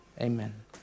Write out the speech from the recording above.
Amen